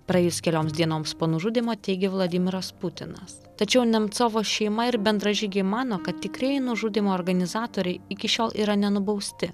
praėjus kelioms dienoms po nužudymo teigė vladimiras putinas tačiau nemcovo šeima ir bendražygiai mano kad tikrieji nužudymo organizatoriai iki šiol yra nenubausti